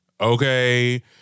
okay